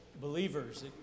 believers